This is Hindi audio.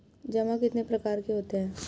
जमा कितने प्रकार के होते हैं?